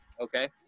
Okay